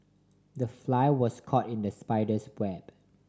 the fly was caught in the spider's web